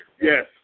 Yes